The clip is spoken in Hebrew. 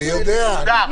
אני יודע, אני יודע.